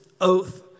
oath